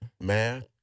Math